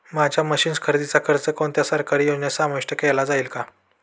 माझ्या मशीन्स खरेदीचा खर्च कोणत्या सरकारी योजनेत समाविष्ट केला जाईल का?